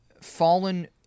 fallen